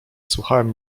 słuchałem